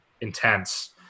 intense